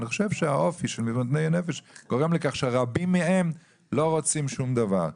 אני חושב שהאופי של מתמודדי נפש גורם לכך שרבים מהם לא רוצים שום דבר.